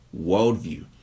worldview